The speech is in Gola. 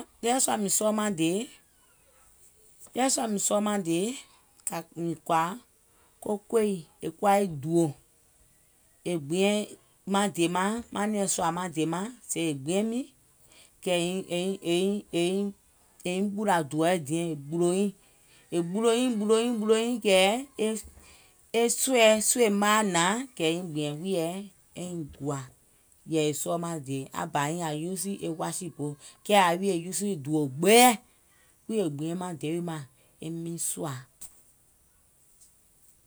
Ɗeweɛ̀ sua mìŋ sɔɔ maŋ dèè, ɗeweɛ̀ sua mìŋ sɔɔ maŋ dèè, mìŋ kɔ̀à kòyiì, è kuwa dùò, è gbiɛ maŋ dèè maŋ, manɛ̀ŋ sòà maŋ dèè maŋ kɛ̀ èiŋ ɓùlà dùòɛ diɛŋ, è ɓùlòiŋ, è ɓùlòiŋ ɓùlòiŋ ɓùlòiŋ kɛ̀ e sòi, sòi maiɛ̀ hnàŋ kɛ̀ èiŋ gbìàŋ̀ eiŋ gbìàŋ wùìyèɛ eiŋ gùȧ, yɛ̀ì e sɔɔ maŋ dèè, aŋ bȧ nyiŋ uusù wasìboò, kɛɛ yàwi è uusù è dùò gbeeɛ̀, kuŋ è gbiɛŋ maŋ deè wi màŋ e miŋ sòà.